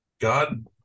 God